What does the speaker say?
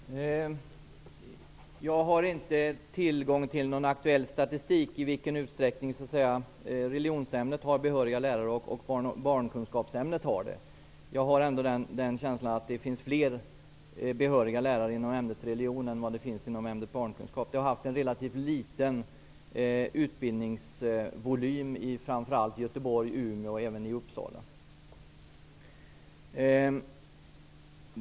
Herr talman! Jag har inte tillgång till någon aktuell statistik när det gäller i vilken utsträckning religionsämnet har behöriga lärare och i vilken utsträckning barnkunskapsämnet har det. Jag har ändå den känslan att det finns fler behöriga lärare inom ämnet religion än vad det finns inom ämnet barnkunskap. Det har varit en relativt liten utbildningsvolym i framför allt Göteborg och Umeå och även i Uppsala.